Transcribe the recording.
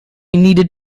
needed